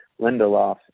Lindelof